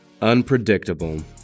Unpredictable